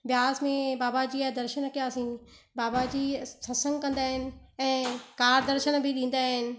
ब्यास में बाबा जी जा दर्शन कयासीं बाबा जी सत्संग कंदा आहिनि ऐं का दर्शन बि ॾींदा आहिनि